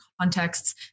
contexts